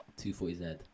240Z